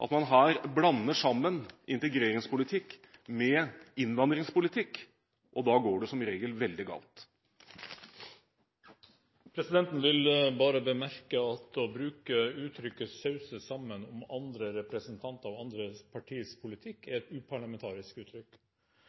at man her blander sammen integreringspolitikk og innvandringspolitikk, og da går det som regel veldig galt. Presidenten vil bemerke at å bruke uttrykket «sause sammen» om andre representanters og andre partiers politikk,